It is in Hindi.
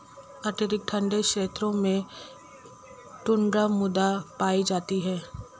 अत्यधिक ठंडे क्षेत्रों में टुण्ड्रा मृदा पाई जाती है